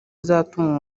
izatuma